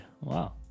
Wow